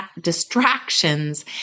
distractions